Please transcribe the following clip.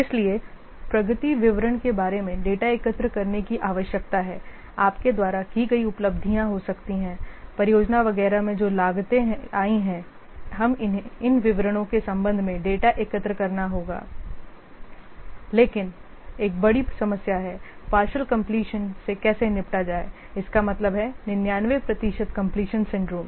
इसलिए प्रगति विवरण के बारे में डेटा एकत्र करने की आवश्यकता है आपके द्वारा की गई उपलब्धियां हो सकती हैं परियोजना वगैरह में जो लागतें आई हैं हमें इन विवरणों के संबंध में डेटा एकत्र करना होगा लेकिन एक बड़ी समस्या है पार्षइल कंप्लीशन से कैसे निपटा जाए इसका मतलब है 99 प्रतिशत कंप्लीशन सिंड्रोम